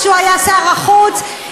כשהוא היה שר החוץ,